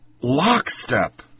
lockstep